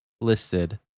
listed